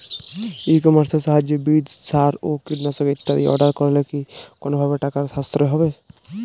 ই কমার্সের সাহায্যে বীজ সার ও কীটনাশক ইত্যাদি অর্ডার করলে কি কোনোভাবে টাকার সাশ্রয় হবে?